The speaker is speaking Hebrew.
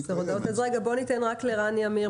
בוא ניתן רק לרני עמיר,